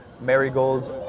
marigolds